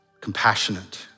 compassionate